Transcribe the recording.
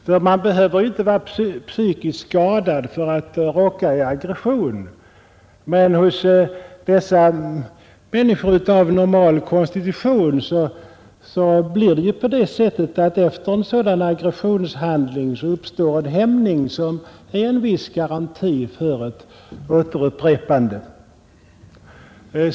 Herr talman! Jag tror att fru Dahl och jag är överens om att barnmisshandel förekommer i alla socialgrupper. Jag försökte framhålla det mycket bestämt, och jag tror att fru Dahl håller med mig om att social misär kan vara en utlösande faktor i de familjer där föräldrar för övrigt företer en normal attityd. Man behöver inte vara psykiskt skadad för att råka i aggression, men hos dessa människor av normal konstitution blir det så att efter en sådan aggressionshandling uppstår en hämning som är en viss garanti mot ett återupprepande.